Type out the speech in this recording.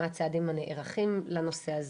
מה הצעדים הנערכים לנושא הזה,